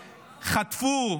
חטפו,